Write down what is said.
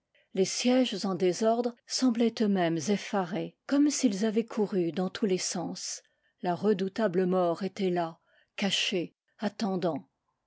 les sièges en désordre semblaient euxmêmes effarés comme s'ils avaient couru dans tous les sens la redoutable mort était là cachée attendant